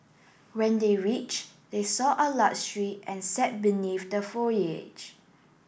when they reached they saw a lot tree and sat beneath the foliage